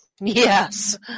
Yes